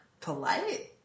polite